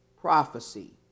prophecy